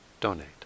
donate